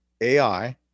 AI